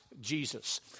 Jesus